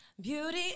Beauty